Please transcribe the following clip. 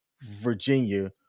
Virginia